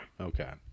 Okay